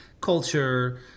culture